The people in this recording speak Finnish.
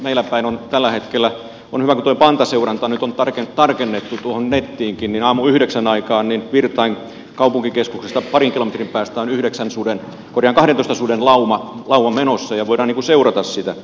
meillä päin on tällä hetkellä hyvä kun tuo pantaseuranta nyt on tarkennettu nettiinkin aamuyhdeksän aikaan virtain kaupunkikeskuksesta parin kilometrin päässä kahdentoista suden lauma menossa ja voidaan seurata sitä